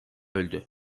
öldü